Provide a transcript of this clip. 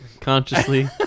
Consciously